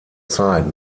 zeit